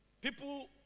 People